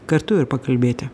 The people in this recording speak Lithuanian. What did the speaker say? kartu ir pakalbėti